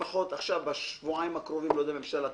לפחות עכשיו בשבועיים הקרובים לא יודע אם הממשלה תיפול,